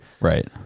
Right